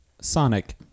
Sonic